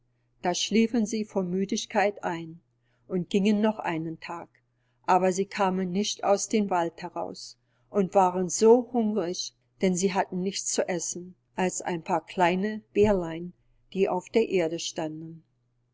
da schliefen sie vor müdigkeit ein und gingen noch einen tag aber sie kamen nicht aus den wald heraus und waren so hungrig denn sie hatten nichts zu essen als ein paar kleine beerlein die auf der erde standen